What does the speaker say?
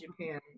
Japan